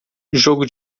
jogo